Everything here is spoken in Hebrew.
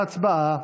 הצבעה.